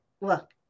look